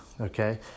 okay